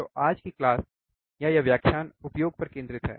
तो आज की क्लास या यह व्याख्यान उपयोग पर केंद्रित है